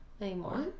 anymore